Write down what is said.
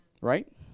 Right